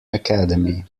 academy